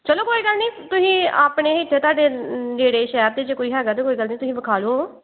ਚਲੋ ਕੋਈ ਗੱਲ ਨਹੀਂ ਤੁਸੀਂ ਆਪਣੇ ਇੱਥੇ ਤੁਹਾਡੇ ਨੇੜੇ ਸ਼ਹਿਰ ਦੇ ਜੇ ਕੋਈ ਹੈਗਾ ਤਾਂ ਕੋਈ ਗੱਲ ਨਹੀਂ ਤੁਸੀਂ ਦਿਖਾ ਲਓ